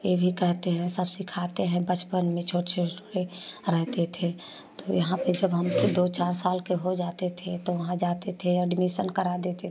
ये भी कहते हैं सब सिखाते हैं बचपन में छोटे छोटे रहते थे तो यहाँ पे जब हम दो चार साल के हो जाते थे तो वहाँ जाते थे एडमीशन करा देते थे